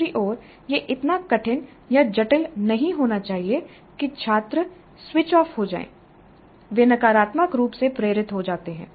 दूसरी ओर यह इतना कठिन या जटिल नहीं होना चाहिए कि छात्र स्विच ऑफ हो जाएं वे नकारात्मक रूप से प्रेरित हो जाते हैं